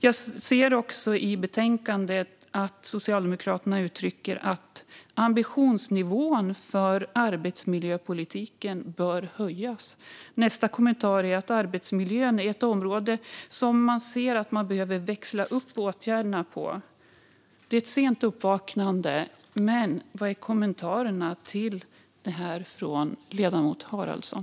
Jag ser också i betänkandet att Socialdemokraterna uttrycker att ambitionsnivån för arbetsmiljöpolitiken bör höjas. Nästa kommentar är att arbetsmiljön är ett område där man ser att man behöver växla upp åtgärderna. Det är ett sent uppvaknande. Vad är kommentarerna till detta från ledamoten Haraldsson?